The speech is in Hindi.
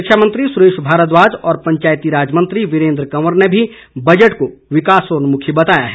शिक्षा मंत्री सुरेश भारद्वाज और पंचायतीराज मंत्री वीरेंद्र कंवर ने भी बजट को विकासोन्मुखी बताया है